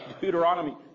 Deuteronomy